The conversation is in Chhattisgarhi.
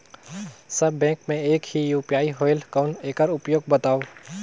सब बैंक मे एक ही यू.पी.आई होएल कौन एकर उपयोग बताव?